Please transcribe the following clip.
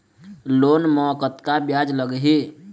Loan म कतका ब्याज लगही?